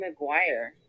mcguire